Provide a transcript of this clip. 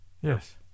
Yes